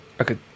Okay